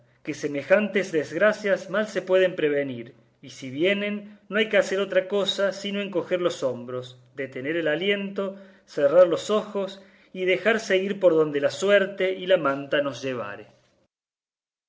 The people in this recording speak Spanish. que semejantes desgracias mal se pueden prevenir y si vienen no hay que hacer otra cosa sino encoger los hombros detener el aliento cerrar los ojos y dejarse ir por donde la suerte y la manta nos llevare